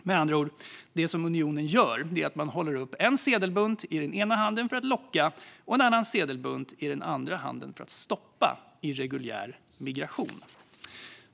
Det unionen gör är med andra ord att man håller upp en sedelbunt i ena handen för att locka och en sedelbunt i den andra handen för att stoppa irreguljär migration.